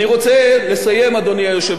אני רוצה, להגיד שוב